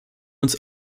uns